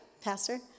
Pastor